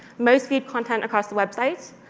most-viewed content across the website,